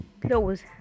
close